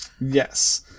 yes